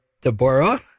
Deborah